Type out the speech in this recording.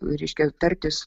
reiškia tartis